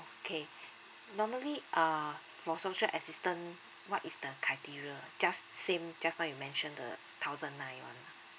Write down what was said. okay normally uh for social assistance what is the criteria just same just now you mentioned the thousand nine one ah